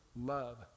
love